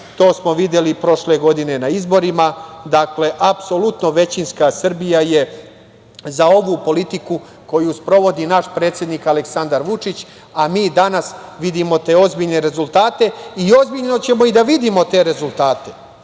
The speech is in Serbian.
to smo videli prošle godine na izborima, apsolutno većinska Srbija je za ovu politiku koju sprovodi naš predsednik Aleksandar Vučuć, a mi danas vidimo te ozbiljne rezultate i ozbiljno ćemo i da vidimo te rezultate,